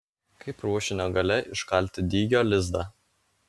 kaip ruošinio gale iškalti dygio lizdą